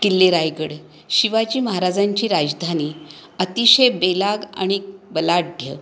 किल्ले रायगड शिवाजी महाराजांची राजधानी अतिशय बेलाग आणि बलाढ्य